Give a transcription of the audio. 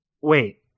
Wait